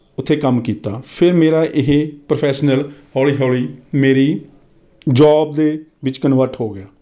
ਉੱਥੇ ਕੰਮ ਕੀਤਾ ਫਿਰ ਮੇਰਾ ਇਹ ਪ੍ਰੋਫੈਸ਼ਨਲ ਹੌਲੀ ਹੌਲੀ ਮੇਰੀ ਜੌਬ ਦੇ ਵਿੱਚ ਕਨਵਰਟ ਹੋ ਗਿਆ